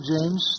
James